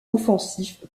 offensif